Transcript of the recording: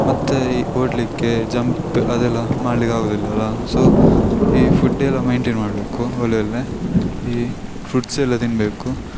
ಮತ್ತು ಈ ಓಡಲಿಕ್ಕೆ ಜಂಪ್ ಅದೆಲ್ಲ ಮಾಡಲಿಕಾಗುದಿಲ್ಲಲ್ಲ ಸೊ ಈ ಫುಡ್ಡೆಲ್ಲ ಮೈಂಟೇನ್ ಮಾಡಬೇಕು ಒಳ್ಳೆ ಒಳ್ಳೆಯ ಈ ಫ್ರುಟ್ಸ್ ಎಲ್ಲ ತಿನ್ನಬೇಕು